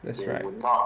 that's right